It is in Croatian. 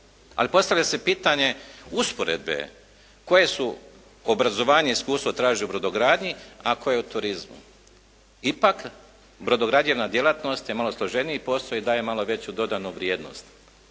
Ali postavlja se pitanje usporedbe, koje se obrazovanja i iskustva trži u brodogradnji, ako je u turizmu? Ipak, brodograđevna djelatnost je malo složeniji, postoji i daje malo veću dodanu vrijednost.